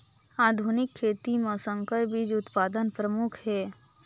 आधुनिक खेती म संकर बीज उत्पादन प्रमुख हे